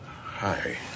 Hi